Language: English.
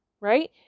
right